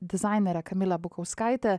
dizainere kamile bukauskaite